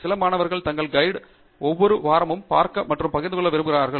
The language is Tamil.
சில மாணவர்கள் தங்கள் கைடு ஒவ்வொரு வாரமும் பார்க்க மற்றும் பகிர்ந்து கொள்ள விரும்புகிறார்கள்